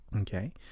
Okay